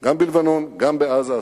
גם בלבנון, גם בעזה.